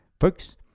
folks